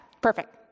Perfect